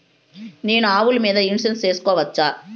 నేను ఆవుల మీద ఇన్సూరెన్సు సేసుకోవచ్చా?